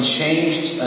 changed